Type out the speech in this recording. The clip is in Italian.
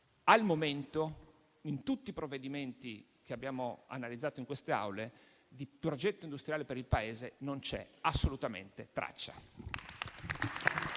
Al momento, in tutti i provvedimenti che abbiamo analizzato in queste Aule, di progetto industriale per il Paese non c'è assolutamente traccia.